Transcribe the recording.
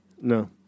No